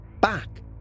back